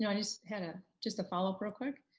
yeah i just had a just a follow up real quick.